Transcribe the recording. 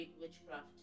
witchcraft